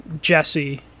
Jesse